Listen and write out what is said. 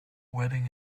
wading